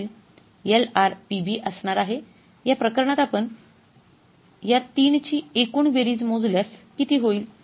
LRPB असणार आहे या प्रकरणात आपण या 3 ची एकूण बेरीज मोजल्यास किती होईल